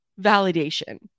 validation